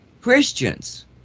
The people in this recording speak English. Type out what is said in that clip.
Christians